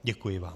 Děkuji vám.